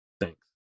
Thanks